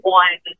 one